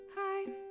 hi